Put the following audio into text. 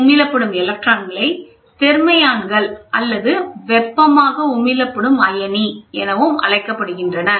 உமிழப்படும் எலக்ட்ரான்களை தெர்மியன்கள் அல்லது வெப்பமாக உமிழப்படும் அயனி எனவும் அழைக்கப்படுகின்றன